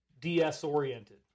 DS-oriented